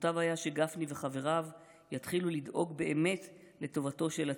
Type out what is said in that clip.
מוטב היה שגפני וחבריו יתחילו לדאוג באמת לטובתו של הציבור,